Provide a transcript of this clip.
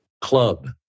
club